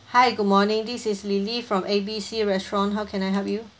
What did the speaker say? hi good morning this is lily from A B C restaurant how can I help you